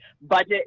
budget